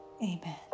Amen